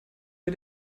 mir